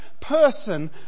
person